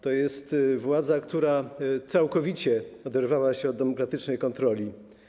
To jest władza, która całkowicie oderwała się od demokratycznej kontroli.